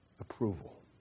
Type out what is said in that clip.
approval